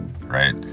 right